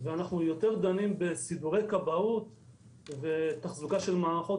ואנחנו יותר דנים בסידורי כבאות ותחזוקה של מערכות